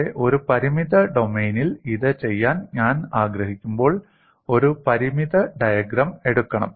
പക്ഷെ ഒരു പരിമിത ഡൊമെയ്നിൽ ഇത് ചെയ്യാൻ ഞാൻ ആഗ്രഹിക്കുമ്പോൾ ഒരു പരിമിത ഡയഗ്രം എടുക്കണം